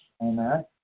amen